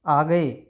आ गए